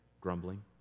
Grumbling